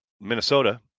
Minnesota